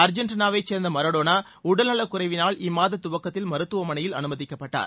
அர்ஜென்டினாவைச் சேர்ந்த மரடோனா உடல்நலக்குறைவினால் இம்மாத துவக்கத்தில் மருத்துவமனையில் அனுமதிக்கப்பட்டார்